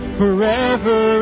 forever